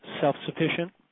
self-sufficient